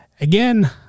Again